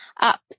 up